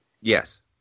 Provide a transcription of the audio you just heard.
Yes